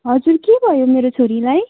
हजुर के भयो मेरो छोरीलाई